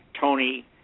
Tony